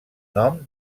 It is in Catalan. nom